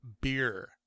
beer